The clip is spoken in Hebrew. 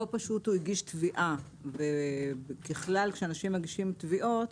כאן הוא הגיש תביעה וככלל כאשר אנשים מגישים תביעות,